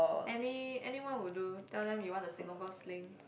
any anyone would do tell them you want a Singapore Sling